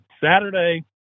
saturday